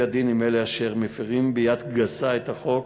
הדין עם אלה אשר מפרים ביד גסה את החוק